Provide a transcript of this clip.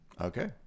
Okay